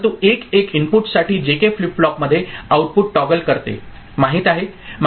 परंतु 1 1 इनपुटसाठी JK flip फ्लॉपमध्ये आउटपुट टॉगल करते माहित आहे